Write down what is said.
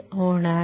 होणार नाही